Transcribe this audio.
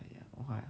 alright